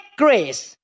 grace